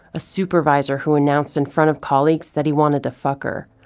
a supervisor who announced in front of colleagues that he wanted to fuck her.